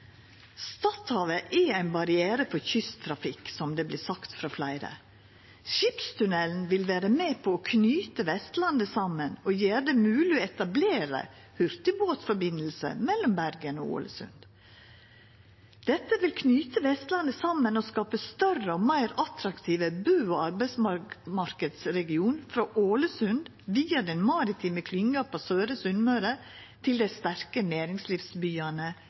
er ein barriere for kysttrafikk, som det vert sagt frå fleire. Skipstunnelen vil vera med på å knyta Vestlandet saman og gjera det mogleg å etablera hurtigbåtforbinding mellom Bergen og Ålesund. Dette vil knyta Vestlandet saman og skapa ein større og meir attraktiv bu- og arbeidsmarknadsregion frå Ålesund via den maritime klynga på Søre Sunnmøre og til dei sterke næringslivsbyane